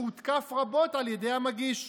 שהותקף רבות על ידי המגיש,